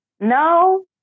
No